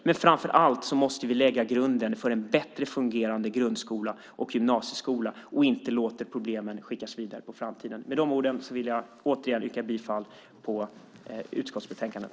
Men framför allt måste vi lägga grunden till en bättre fungerande grund och gymnasieskola och inte låta problemen skickas vidare på framtiden. Med de orden vill jag återigen yrka bifall till förslaget i betänkandet.